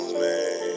man